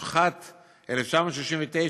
התשכ"ט 1969,